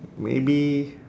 maybe